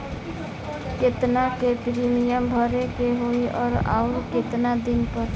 केतना के प्रीमियम भरे के होई और आऊर केतना दिन पर?